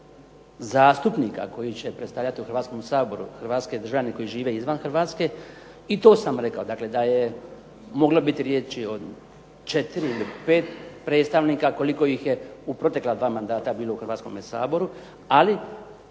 zastupnika koji će predstavljati u Hrvatskom saboru hrvatske državljane koji žive izvan Hrvatske, i to sam rekao, dakle da je moglo biti riječi od 4 ili 5 predstavnika koliko ih je u protekla dva mandata bilo u Hrvatskome saboru, ali